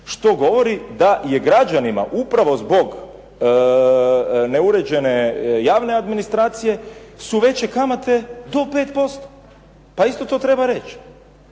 što govori da je građanima upravo zbog neuređene javne administracije su veće kamate do 5%. Pa isto to treba reći.